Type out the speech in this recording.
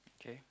okay